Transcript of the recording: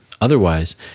Otherwise